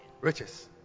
Riches